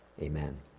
amen